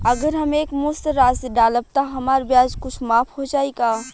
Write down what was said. अगर हम एक मुस्त राशी डालब त हमार ब्याज कुछ माफ हो जायी का?